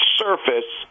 surface